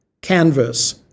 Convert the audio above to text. canvas